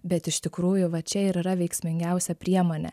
bet iš tikrųjų va čia ir yra veiksmingiausia priemonė